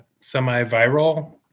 semi-viral